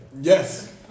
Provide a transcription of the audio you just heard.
Yes